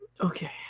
okay